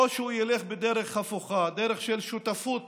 או שהוא ילך בדרך הפוכה, דרך של שותפות